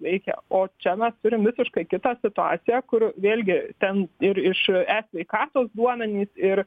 veikia o čia mes turim visiškai kitą situaciją kur vėlgi ten ir iš e sveikatos duomenys ir